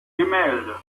gemälde